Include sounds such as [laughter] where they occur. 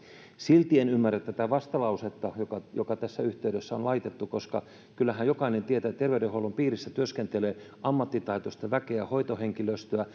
silti en ymmärrä tätä vastalausetta joka joka tässä yhteydessä on laitettu koska kyllähän jokainen tietää että terveydenhuollon piirissä työskentelee ammattitaitoista väkeä hoitohenkilöstöä [unintelligible]